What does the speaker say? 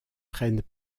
prennent